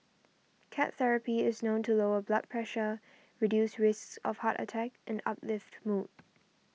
cat therapy is known to lower blood pressure reduce risks of heart attack and uplift mood